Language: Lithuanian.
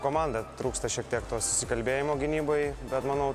komanda trūksta šiek tiek to susikalbėjimo gynyboj bet manau